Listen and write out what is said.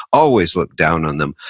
always look down on them,